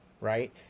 right